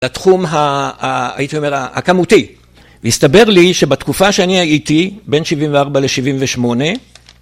לתחום הייתי אומר הכמותי והסתבר לי שבתקופה שאני הייתי בין שבעים וארבע לשבעים ושמונה